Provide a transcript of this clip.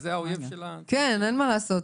אין מה לעשות,